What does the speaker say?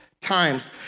times